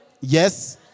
Yes